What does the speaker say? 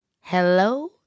Hello